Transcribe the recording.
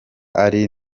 ari